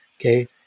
Okay